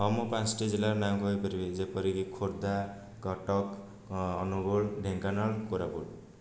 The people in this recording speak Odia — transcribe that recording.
ହଁ ମୁଁ ପାଞ୍ଚଟା ଜିଲ୍ଲାର ନାଁ କହିପାରିବି ଯେପରିକି ଖୋର୍ଦ୍ଧା କଟକ ଅନୁଗୁଳ ଢେଙ୍କାନାଳ କୋରାପୁଟ